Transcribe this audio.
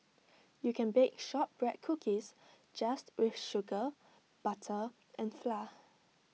you can bake Shortbread Cookies just with sugar butter and flour